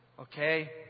okay